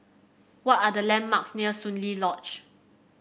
what are the landmarks near Soon Lee Lodge